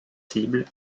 cibles